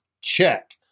check